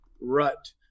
rut